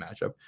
matchup